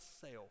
self